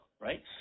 right